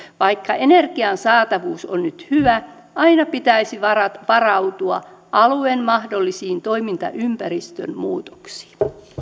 vaikka energian saatavuus on nyt hyvä aina pitäisi varautua alueen mahdollisiin toimintaympäristön muutoksiin